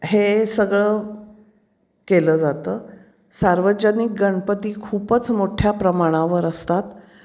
हे सगळं केलं जातं सार्वजनिक गणपती खूपच मोठ्या प्रमाणावर असतात